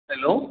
hello